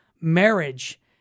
marriage